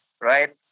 right